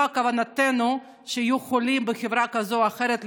כוונתנו שיהיו חולים בחברה כזאת או אחרת.